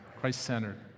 Christ-centered